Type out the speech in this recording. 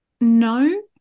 No